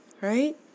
right